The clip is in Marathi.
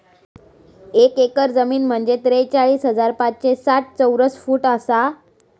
एक एकर जमीन म्हंजे त्रेचाळीस हजार पाचशे साठ चौरस फूट आसा